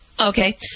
Okay